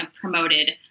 promoted